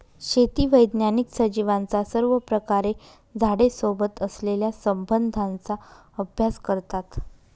शेती वैज्ञानिक सजीवांचा सर्वप्रकारे झाडे सोबत असलेल्या संबंधाचा अभ्यास करतात